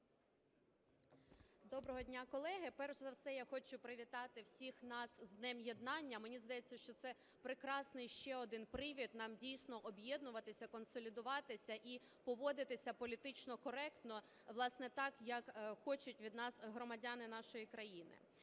Доброго дня, колеги! Перш за все, я хочу привітати всіх нас з Днем єднання. Мені здається, що це прекрасний ще один привід нам дійсно об'єднуватися, консолідуватися і поводитися політично коректно, власне, так, як хочуть від нас громадяни нашої країни.